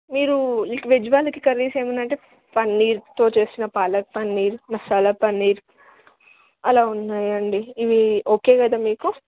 మీరు వెజ్ వాళ్ళకి కర్రీస్ ఏమందంటే పన్నీర్తో చేసిన పాలక్ పన్నీర్ మసాలా పన్నీర్ అలా ఉన్నాయండి ఇవి ఓకే కదా మీకు